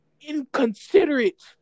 inconsiderate